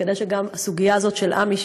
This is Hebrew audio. כדי שגם הסוגיה הזאת של עמ"י,